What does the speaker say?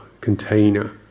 container